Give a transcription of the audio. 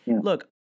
look